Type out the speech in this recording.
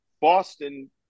Boston